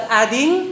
adding